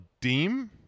Deem